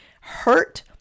hurt